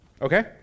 Okay